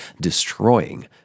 destroying